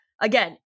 again